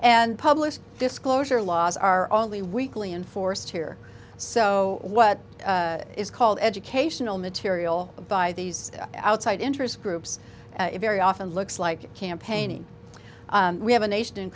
and publish disclosure laws are only weakly enforced here so what is called educational material by these outside interest groups very often looks like campaigning we have a nation in